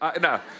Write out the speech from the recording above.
No